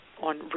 on